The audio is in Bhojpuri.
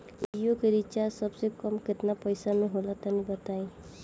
जियो के रिचार्ज सबसे कम केतना पईसा म होला तनि बताई?